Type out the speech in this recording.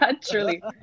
Truly